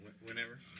Whenever